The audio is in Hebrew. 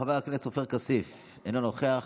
חבר הכנסת עופר כסיף, אינו נוכח.